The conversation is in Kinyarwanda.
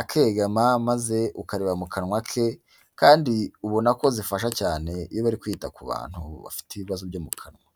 akegama ,maze ukareba mu kanwa ke, kandi ubona ko zifasha cyane iyo bari kwita ku bantu bafite ibibazo byo mu kanwa.